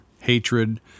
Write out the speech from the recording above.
hatred